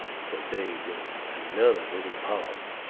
fur they was another little pause.